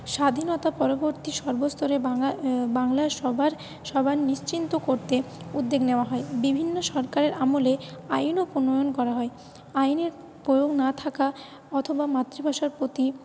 স্বাধীনতা পরবর্তী সর্বস্তরে বাঙা বাংলার সবার সবার নিশ্চিন্ত করতে উদ্যোগ নেওয়া হয় বিভিন্ন সরকারের আমলে আইনও প্রনয়ণ করা হয় আইনের প্রয়োগ না থাকা অথবা মাতৃভাষার প্রতি